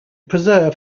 preserve